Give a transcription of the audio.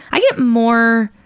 i get more,